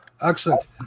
excellent